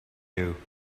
you